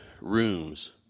rooms